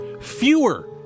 Fewer